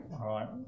right